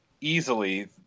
easily